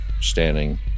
standing